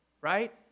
right